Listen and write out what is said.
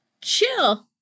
chill